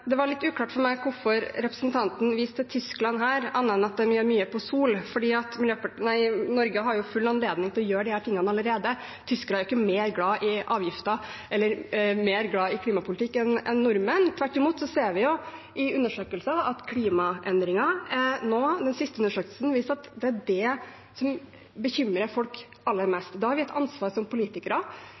Det var litt uklart for meg hvorfor representanten viste til Tyskland her, bortsett fra at de gjør mye på sol, for Norge har full anledning til å gjøre disse tingene allerede. Tyskerne er ikke mer glad i avgifter eller mer glad i klimapolitikk enn nordmenn. Tvert imot ser vi i den siste undersøkelsen at klimaendringer nå er det som bekymrer folk aller mest. Da har vi et ansvar som politikere